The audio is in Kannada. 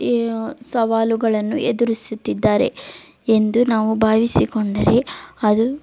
ಸವಾಲುಗಳನ್ನು ಎದುರಿಸುತ್ತಿದ್ದಾರೆ ಎಂದು ನಾವು ಭಾವಿಸಿಕೊಂಡರೆ ಅದು